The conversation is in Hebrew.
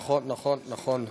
נכון, נכון, נכון, נכון.